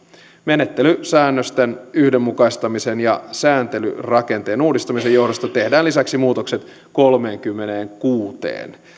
menettelysäännösten yhdenmukaistamisen ja sääntelyrakenteen uudistamisen johdosta tehdään lisäksi muutokset kolmenkymmenenkuuden